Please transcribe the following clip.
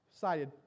Cited